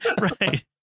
right